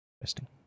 Interesting